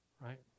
right